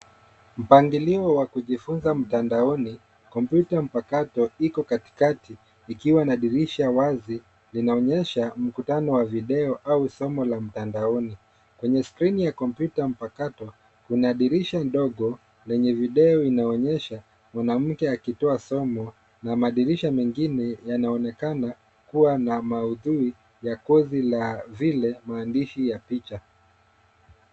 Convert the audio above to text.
Mpangilio wa kujifunza mtandaoni. Kompyuta mpakata iko katikati, ikiwa na dirisha wazi linaonyesha mkutano wa video au somo la mtandaoni. Kwenye skrini ya kompyuta mpakato, kuna dirisha ndogo, lenye video inaonyesha mwanamke akitoa somo, na madirisha mengine yanaonekana kuwa na maudhui ya kozi la zile maandishi ya picha.